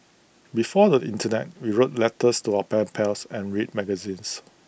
before the Internet we wrote letters to our pen pals and read magazines